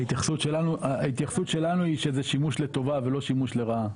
וההתייחסות שלנו היא שזה שימוש לטובה ולא שימוש לרעה,